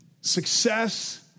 success